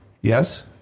Yes